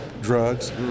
drugs